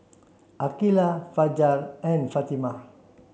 Aqeelah Fajar and Fatimah